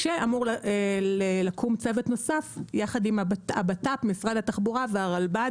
אמור לקום צוות נוסף עם הבט"פ (המשרד לביטחון